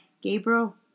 Gabriel